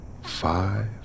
five